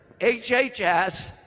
HHS